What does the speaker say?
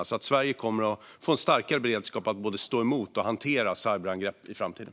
Sverige kommer i och med detta att få en bättre beredskap att både stå emot och hantera cyberangrepp i framtiden.